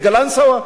בקלנסואה,